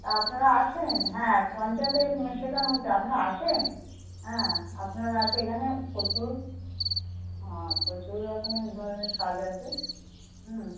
তা আপনারা আসুন হ্যাঁ পঞ্চায়েতে শেখানো হচ্ছে আপনারা আসুন হ্যাঁ আপনারা আসলে এখানে প্রচুর হ্যাঁ প্রচুর রকমের ধরনের কাজ আছে হুম